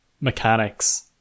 mechanics